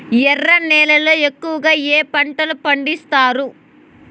ఎర్ర నేలల్లో ఎక్కువగా ఏ పంటలు పండిస్తారు